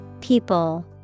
People